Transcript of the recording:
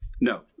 No